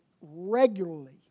regularly